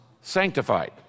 sanctified